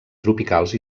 tropicals